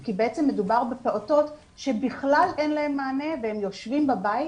כי בעצם מדובר בפעוטות שבכלל אין להם מענה והם יושבים בבית,